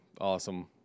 awesome